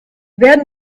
werden